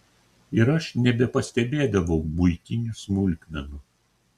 ir aš nebepastebėdavau buitinių smulkmenų